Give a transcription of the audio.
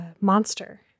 Monster